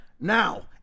now